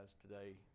today